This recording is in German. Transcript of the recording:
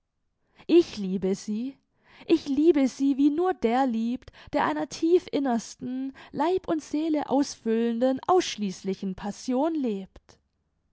ich liebe sie ich liebe sie wie nur der liebt der einer tief innersten leib und seele ausfüllenden ausschließlichen passion lebt